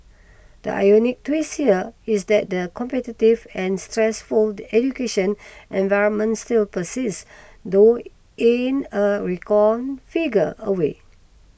the ironic twist here is that the competitive and stressful education environment still persists though in a reconfigured a way